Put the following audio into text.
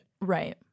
Right